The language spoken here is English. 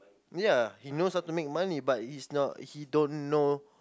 ya he knows how to make money but he's not he don't know